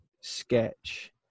sketch